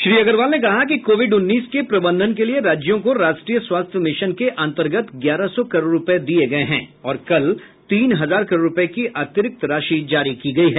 श्री अग्रवाल ने कहा कि कोविड उन्नीस के प्रबंधन के लिए राज्यों को राष्ट्रीय स्वास्थ्य मिशन के अंतर्गत ग्यारह सौ करोड़ रुपये दिए गए हैं और कल तीन हजार करोड़ रुपये की अतिरिक्त राशि जारी की गई है